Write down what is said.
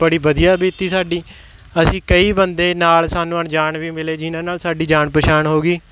ਬੜੀ ਵਧੀਆ ਬੀਤੀ ਸਾਡੀ ਅਸੀਂ ਕਈ ਬੰਦੇ ਨਾਲ ਸਾਨੂੰ ਅਣਜਾਣ ਵੀ ਮਿਲੇ ਜਿਨ੍ਹਾਂ ਨਾਲ ਸਾਡੀ ਜਾਣ ਪਛਾਣ ਹੋ ਗਈ